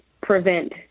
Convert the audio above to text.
prevent